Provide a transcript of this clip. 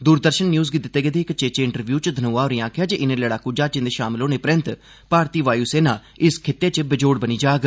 Doordarshan news गी दित्ते गेदे इक चेचे इंटरव्यु च घनोआ होरें आखेआ जे इनें लड़ाकू ज्हाजें दे शामल होने परैन्त भारती वायु सेना इस खित्ते च बेजोड़ बनी जाग